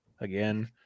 again